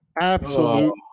Absolute